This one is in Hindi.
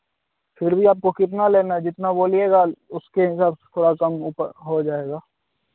फिर भी आपको कितना लेना है जितना बोलिएगा उसके हिसाब से थोड़ा कम ऊपर हो जाएगा